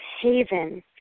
haven